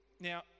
Now